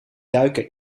duiken